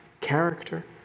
character